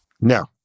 No